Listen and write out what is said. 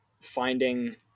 finding